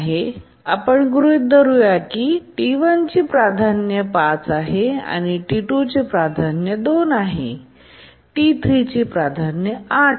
आपण गृहित धरू की T1ची प्राधान्य 5 आहे T2 ची प्राधान्य 2 आहे आणि T3 ची प्राधान्य 8